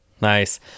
Nice